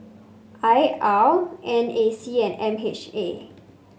I R N A C and M H A